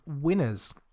winners